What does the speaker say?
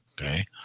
Okay